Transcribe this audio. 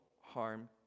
harm